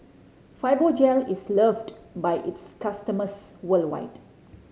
Fibogel is loved by its customers worldwide